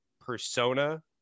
persona